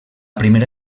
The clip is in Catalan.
primera